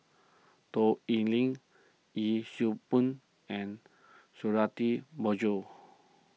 Toh Liying Yee Siew Pun and Suradi Parjo